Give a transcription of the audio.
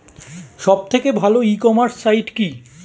সব থেকে ভালো ই কমার্সে সাইট কী?